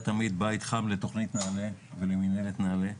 תמיד בית חם לתוכנית נעל"ה ולמנהלת נעל"ה,